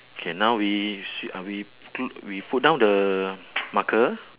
K now we shit uh we do we put down the marker